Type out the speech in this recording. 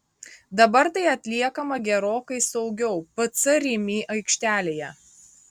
dabar tai atliekama gerokai saugiau pc rimi aikštelėje